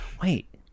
Wait